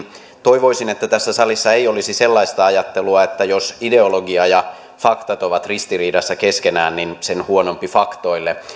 toivoisin että tässä salissa ei olisi sellaista ajattelua että jos ideologia ja faktat ovat ristiriidassa keskenään niin sen huonompi faktoille